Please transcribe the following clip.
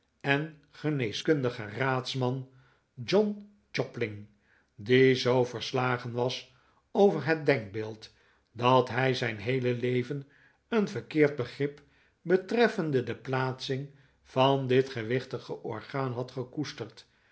en geneeskundigen raadsman john jobling die zoo verslagen was over het denkbeeld dat hij zijn heele leven een verkeerd begrip betreffende de plaatsing van dit gewichtige orgaan had gekoesterd